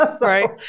Right